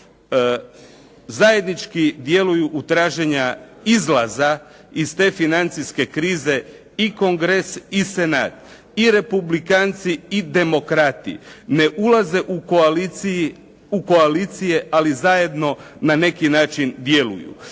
zajednički djeluju u traženja izlaza iz te financijske krize i Kongres i Senat i republikanci i demokrati, ne ulaze u koalicije, ali zajedno na neki način djeluju.